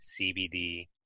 CBD